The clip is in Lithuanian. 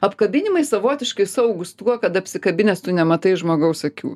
apkabinimai savotiškai saugūs tuo kad apsikabinęs tu nematai žmogaus akių